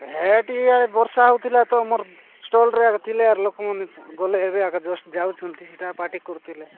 ହେ ଟିକେ ବର୍ଷା ହେଉଥିଲା ତ ମୋର ଷ୍ଟଲ୍ରେ ଏକା ଥିଲି ଆଉ ଲୋକମାନେ ଗଲେ ହେରି ଏକା ଜଷ୍ଚ ଯାଉଛନ୍ତି ସେଟା ପାଟି କରୁଥିଲେ